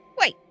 Wait